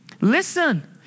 Listen